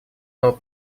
дал